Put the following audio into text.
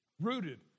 rooted